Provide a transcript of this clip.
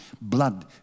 blood